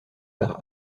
par